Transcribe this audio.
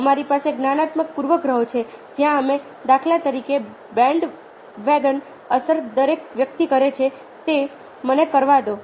અમારી પાસે જ્ઞાનાત્મક પૂર્વગ્રહો છે જ્યાં અમે દાખલા તરીકે બેન્ડવેગન અસર દરેક વ્યક્તિ કરે છે તે મને કરવા દો